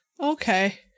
Okay